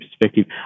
perspective